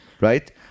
right